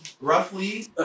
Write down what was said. roughly